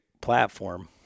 platform